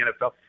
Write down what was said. NFL